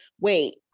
wait